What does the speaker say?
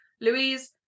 louise